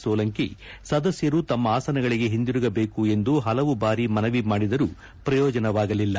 ಸೊಲಂಕಿ ಸದಸ್ಯರು ತಮ್ಮ ಆಸನಗಳಗೆ ಹಿಂದುರುಗಬೇಕು ಎಂದು ಪಲವು ಬಾರಿ ಮನವಿ ಮಾಡಿದರೂ ಪ್ರಯೋಜನವಾಗಲಿಲ್ಲ